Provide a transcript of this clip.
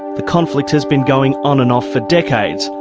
the conflict has been going on and off for decades,